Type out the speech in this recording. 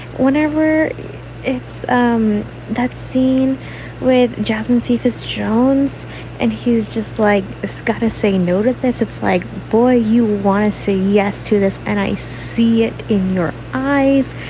whenever it's um that scene with jasmine, sifis, jones and he's just like, got to say no to this. it's like, boy, you want to say yes to this. and i see it in your eyes.